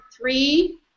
three